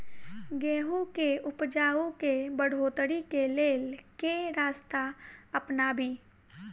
गेंहूँ केँ उपजाउ केँ बढ़ोतरी केँ लेल केँ रास्ता अपनाबी?